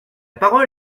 parole